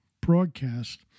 broadcast